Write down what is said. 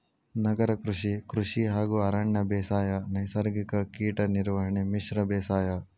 ನಗರ ಕೃಷಿ, ಕೃಷಿ ಹಾಗೂ ಅರಣ್ಯ ಬೇಸಾಯ, ನೈಸರ್ಗಿಕ ಕೇಟ ನಿರ್ವಹಣೆ, ಮಿಶ್ರ ಬೇಸಾಯ